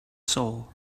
soul